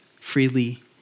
freely